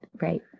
Right